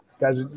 Guys